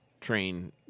train